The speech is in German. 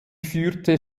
führte